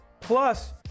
plus